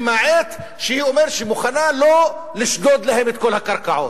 למעט שהיא אומרת שהיא מוכנה לא לשדוד להם את כל הקרקעות.